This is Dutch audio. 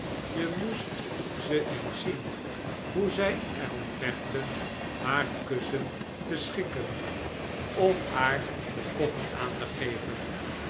je moest ze eens zien hoe zij erom vechten haar kussen te schikken of haar de koffle aan te geven